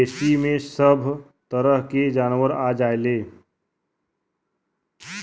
मवेसी में सभ तरह के जानवर आ जायेले